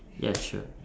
ya sure